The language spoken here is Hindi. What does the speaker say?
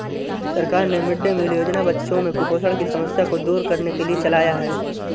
सरकार ने मिड डे मील योजना बच्चों में कुपोषण की समस्या को दूर करने के लिए चलाया है